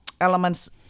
elements